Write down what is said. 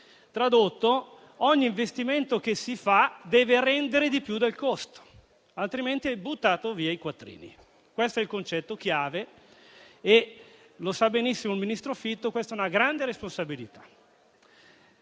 Tradotto: ogni investimento che si fa deve rendere di più del costo, altrimenti hai buttato via i quattrini. Questo è il concetto chiave - lo sa benissimo il ministro Fitto - ed è una grande responsabilità.